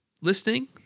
listening